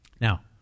Now